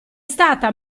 stata